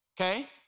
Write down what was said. Okay